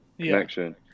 connection